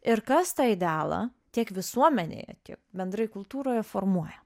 ir kas tą idealą tiek visuomenėje tiek bendrai kultūroje formuoja